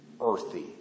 earthy